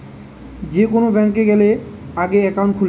যে কোন ব্যাংকে গ্যালে আগে একাউন্ট খুলে